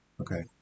Okay